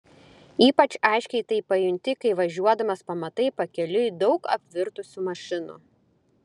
ypač aiškiai tai pajunti kai važiuodamas pamatai pakeliui daug apvirtusių mašinų